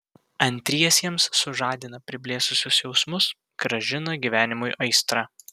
antriesiems sužadina priblėsusius jausmus grąžina gyvenimui aistrą